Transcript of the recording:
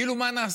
מה נעשה?